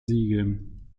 siegen